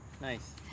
Nice